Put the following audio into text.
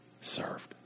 served